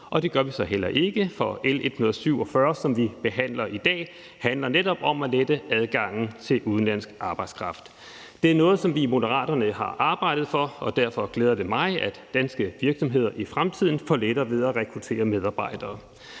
og det gør vi så heller ikke, for L 147, som vi behandler i dag, handler netop om at lette adgangen til udenlandsk arbejdskraft. Det er noget, som vi i Moderaterne har arbejdet for, og derfor glæder det mig, at danske virksomheder i fremtiden får lettere ved at rekruttere medarbejdere.